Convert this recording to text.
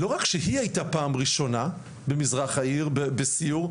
לא רק שהיא היתה פעם ראשונה במזרח העיר בסיור,